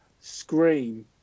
scream